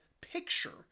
picture